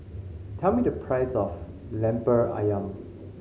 tell me the price of Lemper Ayam